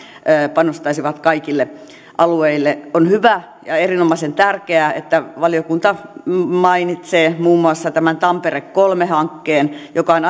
panostaisivat kaikille alueille on hyvä ja erinomaisen tärkeää että valiokunta mainitsee muun muassa tämän tampere kolme hankkeen joka on